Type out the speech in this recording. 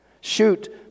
Shoot